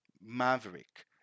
Maverick